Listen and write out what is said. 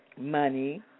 money